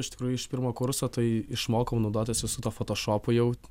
iš tikrųjų iš pirmo kurso tai išmokau naudotis visu tuo fotošopu jau